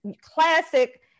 classic